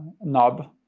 Knob